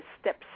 steps